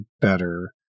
better